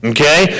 Okay